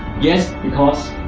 yes because